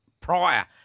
prior